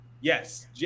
yes